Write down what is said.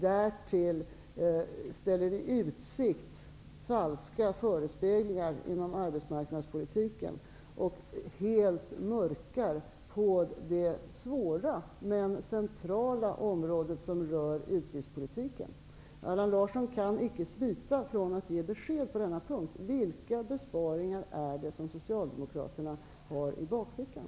Därtill ger man falska förespeglingar inom arbetsmarknadspolitiken och mörklägger helt det svåra men centrala område som utgiftspolitiken utgör. Allan Larsson kan inte smita ifrån att ge besked på denna punkt. Vilka besparingar har Socialdemokraterna i bakfickan?